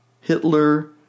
Hitler